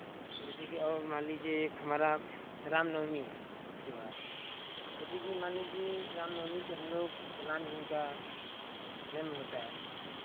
जैसेकि और मान लीजिए एक हमारा रामनवमी है त्यौहार जैसेकि मान लीजिए रामनवमी पे हमलोग राम जी का जन्म होता है